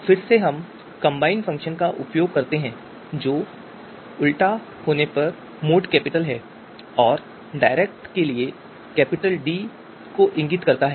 फिर से हम कंबाइन फंक्शन का उपयोग करने जा रहे हैं जो उलटा के लिए मोड कैपिटल I और डायरेक्ट के लिए कैपिटल डी को इंगित करेगा